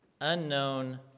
unknown